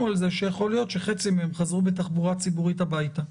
על כך שיכול להיות שחצי מהם חזרו בתחבורה ציבורית הביתה.